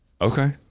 okay